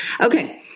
Okay